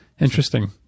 interesting